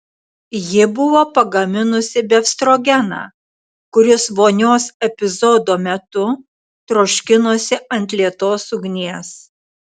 ji buvo pagaminusi befstrogeną kuris vonios epizodo metu troškinosi ant lėtos ugnies